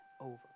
over